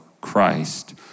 Christ